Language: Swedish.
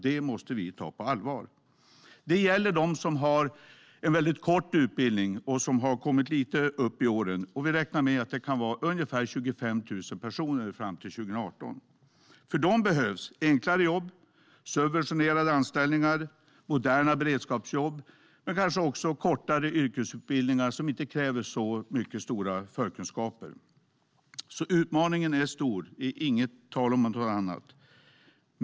Det måste vi ta på allvar. Det gäller dem som har en väldigt kort utbildning och har kommit lite upp i åren. Vi räknar med att det kan vara ungefär 25 000 personer fram till 2018. För dem behövs enklare jobb, subventionerade anställningar, moderna beredskapsjobb men kanske också kortare yrkesutbildningar som inte kräver så mycket förkunskaper. Utmaningen är stor. Det är inget tal om någonting annat.